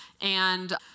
And-